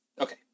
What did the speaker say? Okay